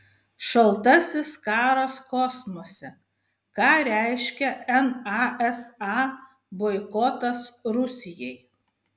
šaltasis karas kosmose ką reiškia nasa boikotas rusijai